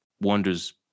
wonders